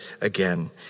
again